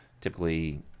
typically